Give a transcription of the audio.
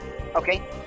Okay